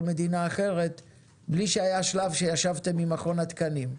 מדינה אחרת בלי שהיה שלב שישבתם עם מכון התקנים.